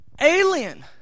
alien